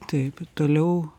taip toliau